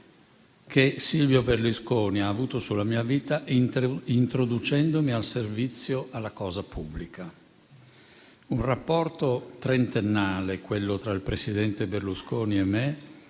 che Silvio Berlusconi ha avuto sulla mia vita, introducendomi al servizio alla cosa pubblica. Un rapporto trentennale quello tra il presidente Berlusconi e me,